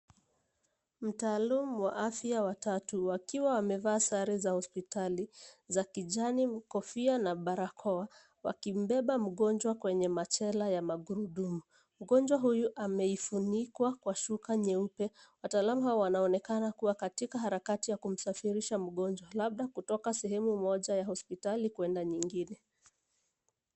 Mtaalum wa afya watatru wakiwa wamevaa sare za hospitali, za kijani, kofia, na barakoa, wakimbeba mgonjwa kwenye machela ya magurudumu. Mgonjwa huyu, ameifunikwa kwa shuka nyeupe. Wataalamu hao wanaonekana kuwa katika harakati ya kumsafirisha mgonjwa, labda kutoka sehemu moja ya hospitali kwenda nyingine.